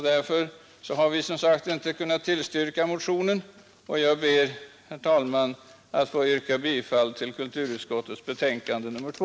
Därför har vi inte kunnat tillstyrka motionen. Jag ber, herr talman, att få yrka bifall till kulturutskottets betänkande nr 2.